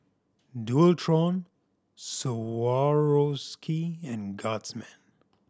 Dualtron Swarovski and Guardsman